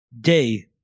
day